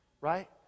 right